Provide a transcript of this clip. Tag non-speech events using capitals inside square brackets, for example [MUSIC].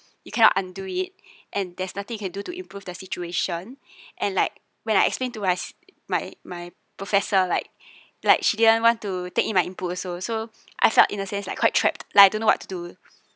you cannot undo it and there's nothing you can do to improve the situation [BREATH] and like when I explained to my my my professor like like she didn't want to take in my input also so I felt in a sense like quite trapped like I don't know what to do